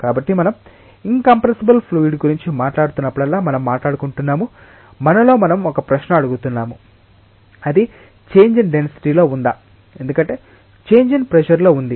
కాబట్టి మనం incompressible fluid గురించి మాట్లాడుతున్నప్పుడల్లా మనం మాట్లాడుకుంటున్నాము మనలో మనం ఒక ప్రశ్న అడుగుతున్నాము అది చేంజ్ ఇన్ డెన్సిటీలో ఉందా ఎందుకంటే చేంజ్ ఇన్ ప్రెషర్ లో ఉంది